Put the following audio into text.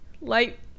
Light